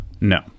No